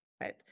right